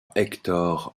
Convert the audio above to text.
hector